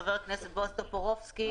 ח"כ בועז טופורובסקי,